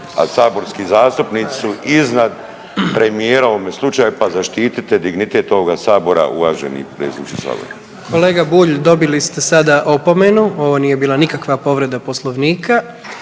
a saborski zastupnici su iznad premijera u ovome slučaju pa zaštitite dignitet ovoga sabora uvaženi predsjedniče sabora. **Jandroković, Gordan (HDZ)** Kolega Bulj dobili ste sada opomenu ovo nije bila nikakva povreda poslovnika.